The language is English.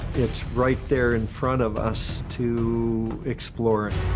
it's right there in front of us to explore.